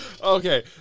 Okay